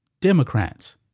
Democrats